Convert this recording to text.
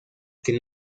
que